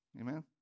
Amen